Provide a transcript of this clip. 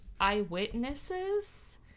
eyewitnesses